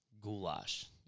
Goulash